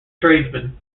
tradesmen